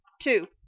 two